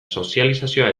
sozializazioa